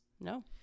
no